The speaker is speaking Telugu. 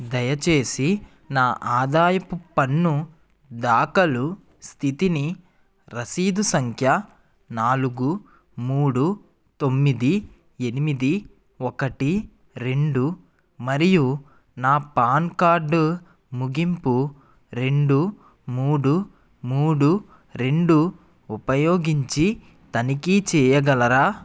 దయచేసి నా ఆదాయపు పన్ను దాఖలు స్థితిని రసీదు సంఖ్య నాలుగు మూడు తొమ్మిది ఎనిమిది ఒకటి రెండు మరియు నా పాన్ కార్డు ముగింపు రెండు మూడు మూడు రెండు ఉపయోగించి తనిఖీ చెయ్యగలరా